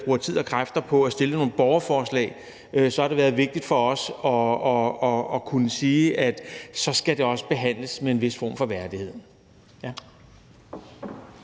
bruger tid og kræfter på at stille et borgerforslag, har det været vigtigt for os at kunne sige, at så skal det også behandles med en vis form for værdighed. Kl.